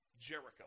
Jericho